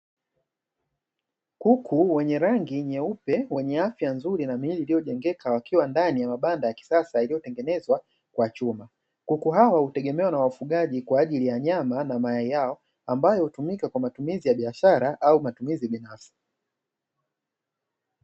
Kuku wenye rangi nyeupe wenye afya nzuri na miili iliyojengeka wakiwa ndani ya mabanda ya kisasa yaliyotengenezwa kwa chuma. Kuku hawa hutegemewa na wafugaji kwa ajili ya nyama na mayai yao, ambayo hutumika kwa matumizi ya biashara au matumizi binafsi.